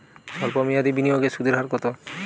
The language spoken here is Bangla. সল্প মেয়াদি বিনিয়োগের সুদের হার কত?